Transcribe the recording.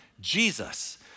Jesus